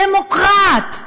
דמוקרט.